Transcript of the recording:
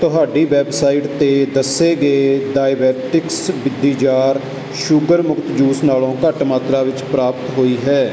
ਤੁਹਾਡੀ ਵੈੱਬਸਾਈਟ 'ਤੇ ਦੱਸੇ ਗਏ ਦਾਏਬਿਟਿਕਸ ਦਿਜ਼ਾਇਰ ਸ਼ੂਗਰ ਮੁਕਤ ਜੂਸ ਨਾਲੋਂ ਘੱਟ ਮਾਤਰਾ ਵਿੱਚ ਪ੍ਰਾਪਤ ਹੋਈ ਹੈ